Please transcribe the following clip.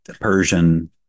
Persian